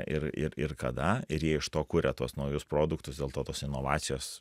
ir ir ir kada ir jie iš to kuria tuos naujus produktus dėl to tos inovacijos